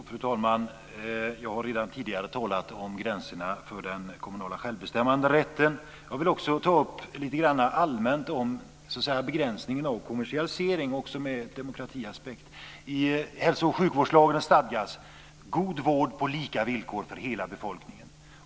Fru talman! Jag har redan tidigare talat om gränserna för den kommunala självbestämmanderätten. Jag vill också lite allmänt ta upp begränsningen av kommersialisering med demokratiaspekt. I hälso och sjukvårdslagen stadgas god vård på lika villkor för hela befolkningen.